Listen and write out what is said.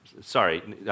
sorry